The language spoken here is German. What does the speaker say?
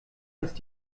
ist